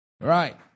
right